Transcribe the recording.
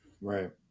Right